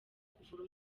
kuvura